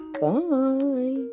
Bye